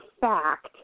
fact